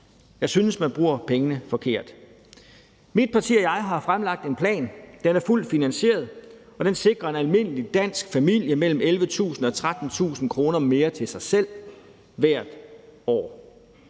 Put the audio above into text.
Jeg synes, man bruger pengene forkert. Kl. 14:41 Mit parti og jeg har fremlagt en plan. Den er fuldt finansieret, og den sikrer en almindelig dansk familie mellem 11.000 og 13.000 kr. mere til sig selv hvert år.